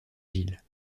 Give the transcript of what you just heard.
gilles